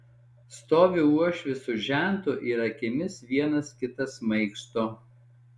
stovi uošvis su žentu ir akimis vienas kitą smaigsto